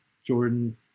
jordan